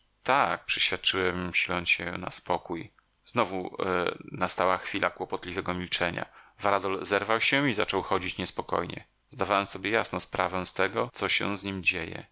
przyświadczyłem siląc się na spokój znowu nasłała chwila kłopotliwego milczenia varadol zerwał się i zaczął chodzić niespokojnie zdawałem sobie jasno sprawę z tego co się z nim dzieje